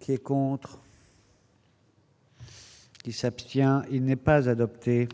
Ces contrats. Qui s'abstient, il n'est pas adoptée